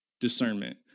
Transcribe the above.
discernment